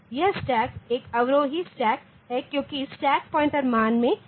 यह स्टैक एक अवरोही स्टैक है क्योंकि स्टैक पॉइंटर मानों में कमी हो रही है